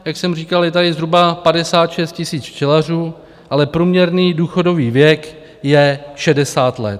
Jak jsem říkal, je tady zhruba 56 tisíc včelařů, ale průměrný důchodový věk je 60 let.